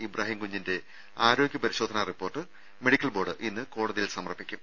ഇബ്രാഹിംകുഞ്ഞിന്റെ ആരോഗ്യ പരിശോധനാ report medical board ഇന്ന് കോടതിയിൽ സമർപ്പിക്കും